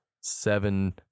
seven